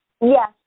Yes